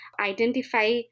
identify